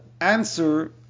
answer